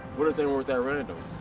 what if they weren't that random?